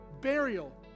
burial